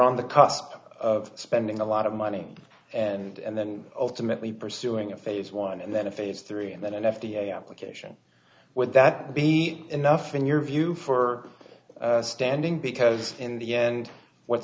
on the cusp of spending a lot of money and then ultimately pursuing a phase one and then a phase three and then an f d a application would that be enough in your view for standing because in the end what's